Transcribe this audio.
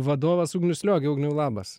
vadovas ugnius liogė ugniau labas